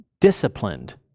disciplined